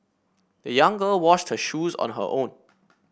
the young girl washed her shoes on her own